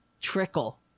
Trickle